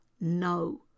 no